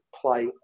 play